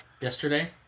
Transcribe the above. yesterday